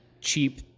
cheap